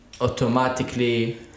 automatically